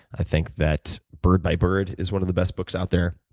i think that bird by bird is one of the best books out there.